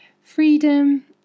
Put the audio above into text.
freedom